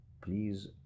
please